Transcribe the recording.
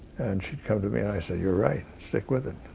and she'd come to me and i said, you're right. stick with it.